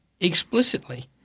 explicitly